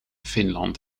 finland